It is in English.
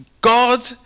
God